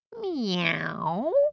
Meow